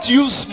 use